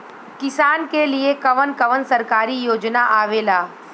किसान के लिए कवन कवन सरकारी योजना आवेला?